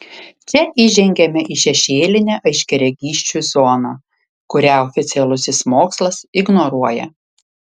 čia įžengiame į šešėlinę aiškiaregysčių zoną kurią oficialusis mokslas ignoruoja